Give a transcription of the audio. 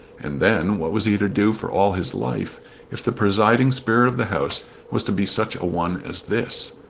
and then, what was he to do for all his life if the presiding spirit of the house was to be such a one as this?